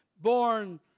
born